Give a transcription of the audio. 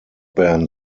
band